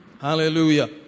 Hallelujah